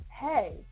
Hey